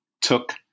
took